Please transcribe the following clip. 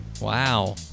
Wow